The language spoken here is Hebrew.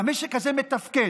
והמשק הזה מתפקד,